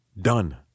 Done